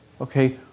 Okay